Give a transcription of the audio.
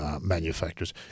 manufacturers